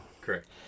Correct